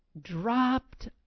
dropped